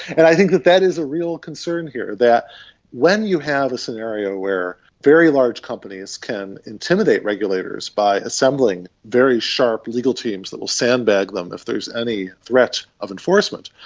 and i think that that is a real concern here, that when you have a scenario where very large companies can intimidate regulators by assembling very sharp legal teams that will sandbag them if there is any threat of enforcement,